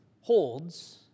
holds